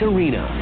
Arena